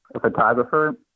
photographer